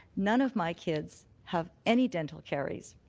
none of my kids have any dental carries.